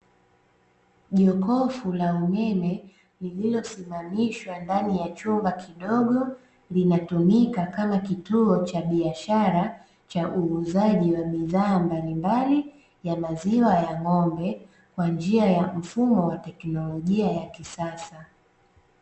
Jokofu la umeme lililosimamishwa ndani ya chumba kidogo, linatumika kama kituo cha biashara cha uuzaji wa bidhaa mbalimbali ya maziwa ya ng'ombe kwa njia ya mfumo wa teknolojia ya kisasa.